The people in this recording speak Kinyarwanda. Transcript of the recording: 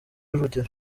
urugero